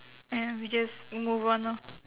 and ya we just move on lor